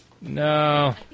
No